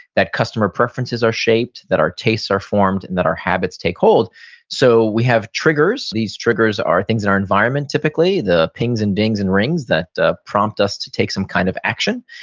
that customer preferences are shaped, that our tastes are formed, and that our habits take hold so we have triggers, these triggers are things in our environment typically. the pings, and dings, and rings that prompt us to take some kind of action.